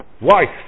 wife